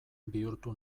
bihurtu